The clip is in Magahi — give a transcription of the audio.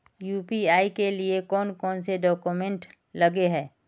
यु.पी.आई के लिए कौन कौन से डॉक्यूमेंट लगे है?